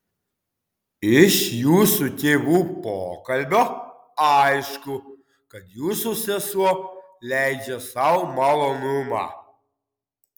iš jūsų tėvų pokalbio aišku kad jūsų sesuo leidžia sau malonumą